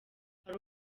hari